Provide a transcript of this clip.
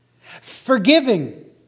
Forgiving